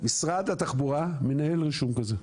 משרד התחבורה מנהל רישום כזה,